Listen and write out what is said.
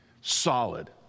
Solid